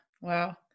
wow